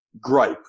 gripe